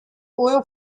oil